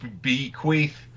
bequeath